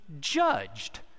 judged